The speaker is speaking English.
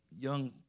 young